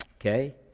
Okay